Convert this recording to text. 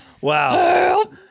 Wow